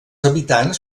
habitants